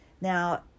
Now